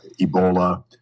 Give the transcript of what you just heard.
Ebola